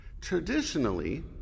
traditionally